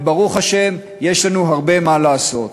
וברוך השם יש לנו הרבה מה לעשות,